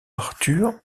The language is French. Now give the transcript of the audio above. arthur